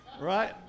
Right